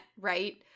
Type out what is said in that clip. right